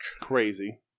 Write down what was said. crazy